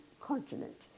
continent